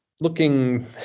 looking